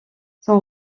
son